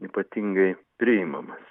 ypatingai priimamas